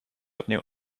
opnieuw